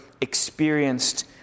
experienced